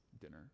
dinner